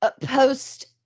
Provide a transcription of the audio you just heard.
post